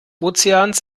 ozeans